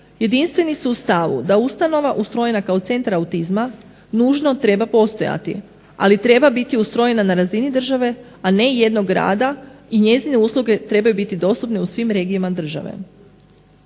jedinstveni su u stavu da ustanova ustrojena kao centra autizma nužno treba postojati ali treba biti ustrojena na razini države, a ne jednog grada i njezine usluge trebaju biti dostupne u svim regijama države.